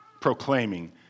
proclaiming